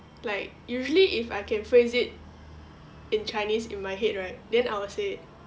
like usually if I can phrase it in chinese in my head right then I will say it